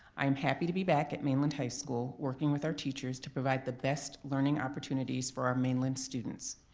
i'm happy to be back at mainland high school working with our teachers to provide the best learning opportunities for our mainland students.